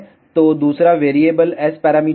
तो दूसरा variable S parameter होगा